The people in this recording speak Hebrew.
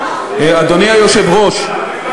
אדוני היושב-ראש,